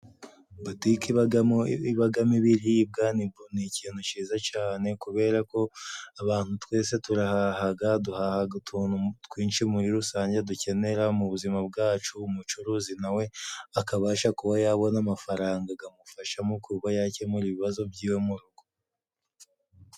Botike ibamo ibiribwa, ni ikintu cyiza cyane, kubera ko abantu twese turaha, duhaha utuntu twinshi muri rusange dukenera mu buzima bwacu, umucuruzi nawe akabasha kuba yabona amafaranga akamufashamo kuba yakemura ibibazo by'iyo mu rugo.